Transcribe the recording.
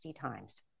times